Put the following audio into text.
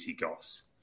Goss